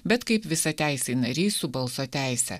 bet kaip visateisiai nariai su balso teise